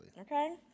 Okay